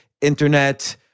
internet